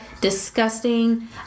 disgusting